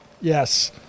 Yes